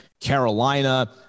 Carolina